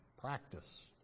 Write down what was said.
practice